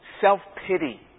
self-pity